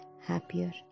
happier